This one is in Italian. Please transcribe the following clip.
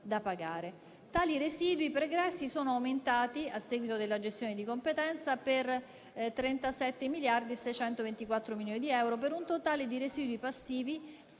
da pagare. Tali residui pregressi sono aumentati, a seguito della gestione di competenza, per 37.624 milioni di euro, per un totale di residui passivi,